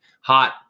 Hot